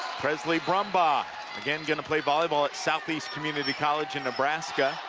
presley brumbaugh again going to play volleyball at southeast community college in nebraska.